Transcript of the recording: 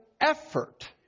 effort